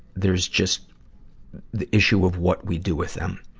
there's just the issue of what we do with them.